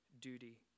duty